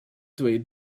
dweud